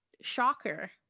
shocker